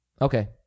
Okay